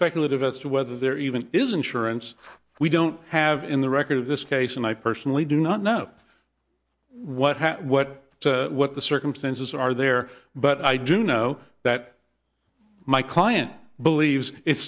speculative as to whether there even is insurance we don't have in the record of this case and i personally do not know what hat what what the circumstances are there but i do know that my client believes it